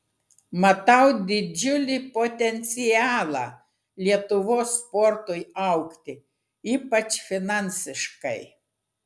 matau didžiulį potencialą lietuvos sportui augti ypač finansiškai